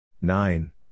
Nine